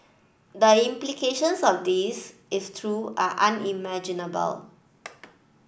the implications of this if true are unimaginable